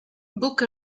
book